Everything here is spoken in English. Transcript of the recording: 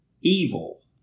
evil